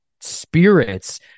spirits